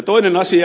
toinen asia